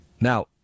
Now